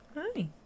Hi